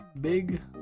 Big